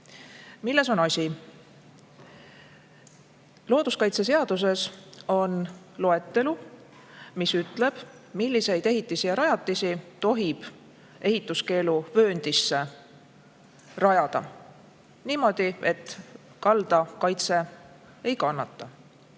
on asi? Looduskaitseseaduses on loetelu, mis ütleb, milliseid ehitisi ja rajatisi tohib ehituskeeluvööndisse rajada, niimoodi et kalda kaitse ei kannata.